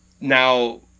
Now